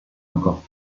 encore